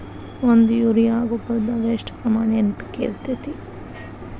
ಒಂದು ಯೂರಿಯಾ ಗೊಬ್ಬರದಾಗ್ ಎಷ್ಟ ಪ್ರಮಾಣ ಎನ್.ಪಿ.ಕೆ ಇರತೇತಿ?